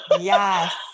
Yes